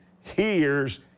hears